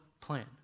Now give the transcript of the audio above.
plan